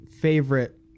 favorite